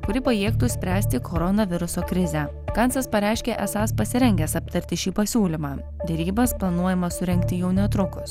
kuri pajėgtų spręsti koronaviruso krizę gancas pareiškė esąs pasirengęs aptarti šį pasiūlymą derybas planuojama surengti jau netrukus